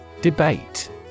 Debate